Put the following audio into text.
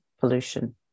pollution